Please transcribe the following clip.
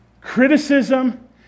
criticism